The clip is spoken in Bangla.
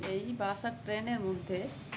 এই বাস ট্রেনের মধ্যে